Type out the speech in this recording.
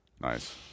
nice